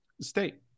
state